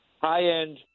high-end